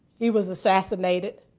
he was assassinated.